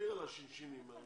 תסביר לגבי השין-שינים.